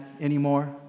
anymore